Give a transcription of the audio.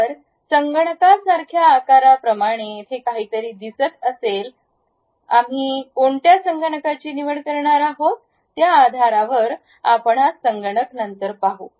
तर संगणकासारख्या आकाराप्रमाणे येथे काहीतरी दिसेल आम्ही कोणत्या संगणकाची निवड करणार आहोत त्या आधारावर आपण हा संगणक नंतर पाहू